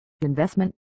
investment